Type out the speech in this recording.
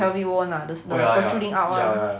the pelvic bone ah the protruding out [one]